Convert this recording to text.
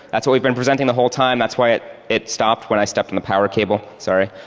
that's what we've been presenting the whole time. that's why it it stopped when i stepped on the power cable. sorry.